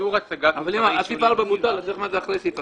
איסור הצגת מוצרי עישון